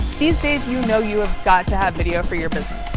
these days, you know you have got to have video for your but